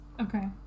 Okay